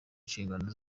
inshingano